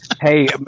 Hey